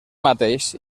mateix